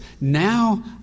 Now